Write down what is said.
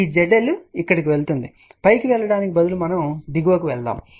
ఈ zL ఇక్కడికి వెళ్తుంది పైకి వెళ్లడానికి బదులుగా మనం దిగువకు వెళ్తున్నాము